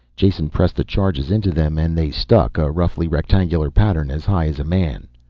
jason pressed the charges into them and they stuck, a roughly rectangular pattern as high as a man.